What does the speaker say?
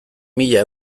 mila